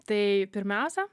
tai pirmiausia